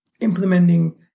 implementing